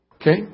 Okay